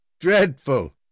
Dreadful